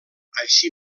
així